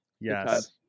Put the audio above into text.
Yes